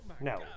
No